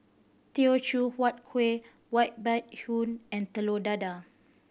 Teochew Huat Kueh white hoon and Telur Dadah